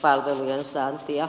algeriassa yhtiö